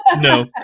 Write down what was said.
No